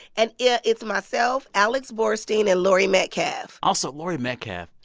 and yeah it's myself, alex borstein and laurie metcalf also, laurie metcalf.